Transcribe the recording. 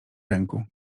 ręku